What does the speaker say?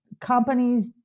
companies